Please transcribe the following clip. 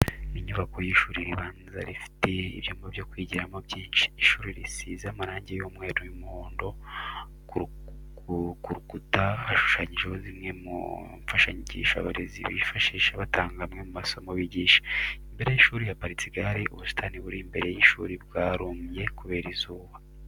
Inyubako y'ishuri ribanza rifite ibyumba byo kwigiramo byinshi. Ishuri risize amarangi y'umweru n'umuhondo, ku rukura hashushanyijeho zimwe mu mfashanyigisho abarezi bifashisha batanga amwe mu masomo bigisha. Imbere y'ishuri haparitse igare, ubusitani buri imbere y'ishuri bwarumye kubera izuba.